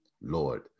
Lord